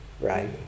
right